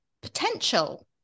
potential